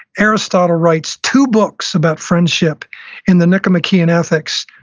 aristotle writes two books about friendship in the nicomachean ethics,